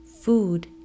food